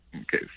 Okay